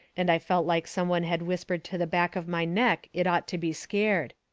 and i felt like some one had whispered to the back of my neck it ought to be scared.